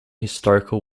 historical